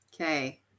Okay